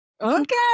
Okay